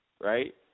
right